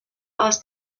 aus